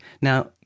now